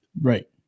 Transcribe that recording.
Right